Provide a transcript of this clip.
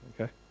Okay